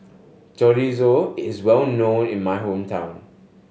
Chorizo is well known in my hometown